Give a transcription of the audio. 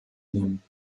nehmen